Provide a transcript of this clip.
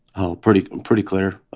oh, pretty pretty clear.